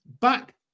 back